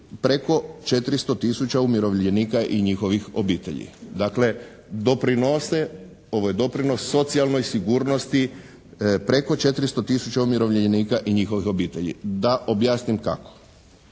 preko 400 tisuća umirovljenika i njihovih obitelji. Dakle doprinose, ovo je doprinos socijalnoj sigurnosti preko 400 tisuća umirovljenika i njihovih obitelji, da objasnim kako.